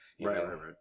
Right